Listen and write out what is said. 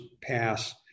pass